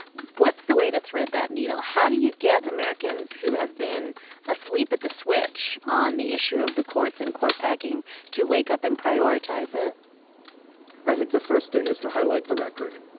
what's the way to thread that needle. how do you get americans who have been asleep at the switch on the issue of the courts and court packing to wake up and prioritize it i think the first thing is to highlight the record